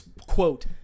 quote